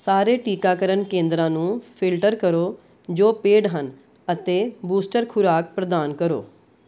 ਸਾਰੇ ਟੀਕਾਕਰਨ ਕੇਂਦਰਾਂ ਨੂੰ ਫਿਲਟਰ ਕਰੋ ਜੋ ਪੇਡ ਹਨ ਅਤੇ ਬੂਸਟਰ ਖੁਰਾਕ ਪ੍ਰਦਾਨ ਕਰੋ